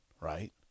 right